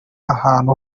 ahantu